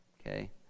Okay